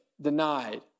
denied